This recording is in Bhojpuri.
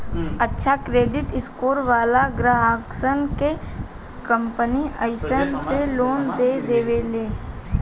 अच्छा क्रेडिट स्कोर वालन ग्राहकसन के कंपनि आसानी से लोन दे देवेले